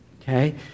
Okay